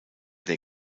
der